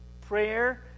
Prayer